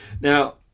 Now